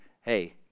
hey